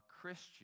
Christian